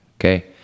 okay